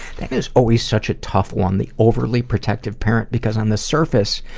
that is always such a tough one. the overly protective parent, because on the surface,